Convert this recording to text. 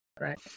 right